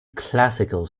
classical